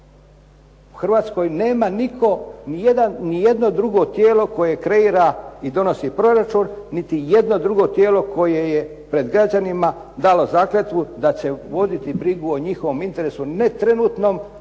U Hrvatskoj nema nitko nijedno drugo tijelo koje kreira i donosi proračun, niti jedno drugo tijelo koje je pred građanima dalo zakletvu da će voditi brigu o njihovom interesu ne trenutnom